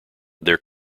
their